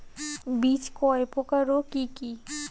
বীজ কয় প্রকার ও কি কি?